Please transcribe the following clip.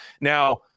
now